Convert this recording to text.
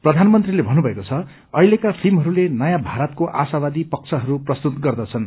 प्रधानमन्त्रीले भन्नुभएको छ अहिलेका फिल्महरूले नयाँ भारतको आशावादी पक्षहरू प्रस्तूत गर्दछन्